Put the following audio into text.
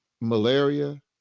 malaria